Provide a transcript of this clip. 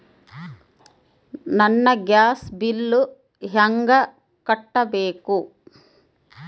ನನ್ನ gas bill ಹೆಂಗ ಕಟ್ಟಬೇಕು?